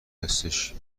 هستش